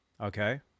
Okay